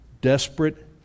Desperate